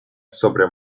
sobre